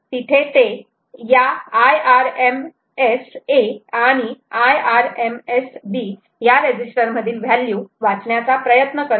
तिथे ते या IRMSA आणि IRMSB या रेजिस्टर मधील व्हॅल्यू वाचण्याचा प्रयत्न करत आहेत